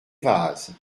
vases